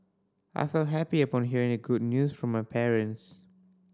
I felt happy upon hearing the good news from my parents